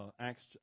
Acts